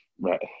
right